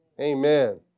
Amen